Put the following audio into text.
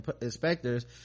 inspectors